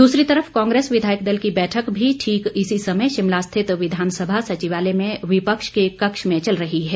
दूसरी तरफ कांग्रेस विधायक दल की बैठक भी ठीक इसी समय शिमला स्थित विधानसभा सचिवालय में विपक्ष के कक्ष में चल रही है